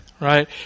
Right